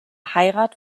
heirat